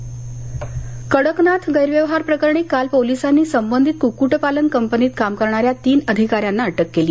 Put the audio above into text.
Kadaknath poultry Kadaknath गैरव्यवहार प्रकरणी काल पोलीसांनी संबंधित क्क्क्टपालन कंपनीत काम करणाऱ्या तीन अधिकाऱ्यांना अटक केली